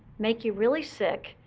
make you really sick,